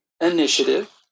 initiative